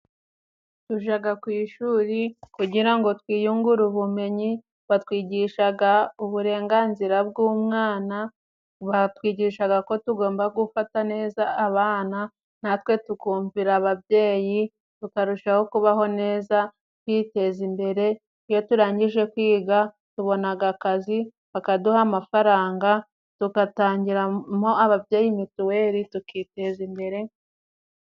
Tujaga ku ishuri kugira ngo twiyungure ubumenyi. Batwigishaga uburenganzira bw'umwana, batwigishaga ko tugomba gufata neza abana, natwe tukumvira ababyeyi tukarushaho kubaho neza twiteza imbere. Iyo turangije kwiga tubonaga akazi bakaduha amafaranga tugatangiramo ababyeyi mituweri tukiteza imbere.